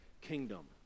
kingdom